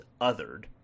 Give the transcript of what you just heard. othered